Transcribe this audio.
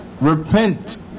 repent